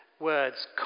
words